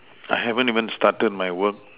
I haven't even started my work